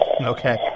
Okay